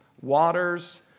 waters